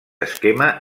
esquema